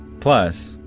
plus,